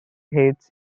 heads